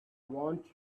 want